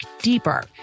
deeper